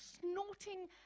snorting